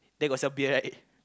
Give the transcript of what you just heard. there got sell beer right